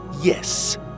Yes